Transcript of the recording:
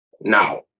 Now